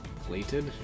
plated